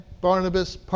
Barnabas